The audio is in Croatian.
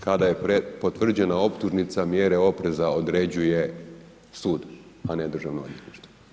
Kada je potvrđena optužnica, mjere opreza određuje sud a ne Državno odvjetništvo.